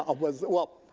ah was well,